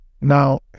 Now